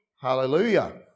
Hallelujah